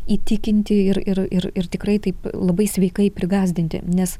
įtikinti ir ir ir ir tikrai taip labai sveikai prigąsdinti nes